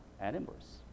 animals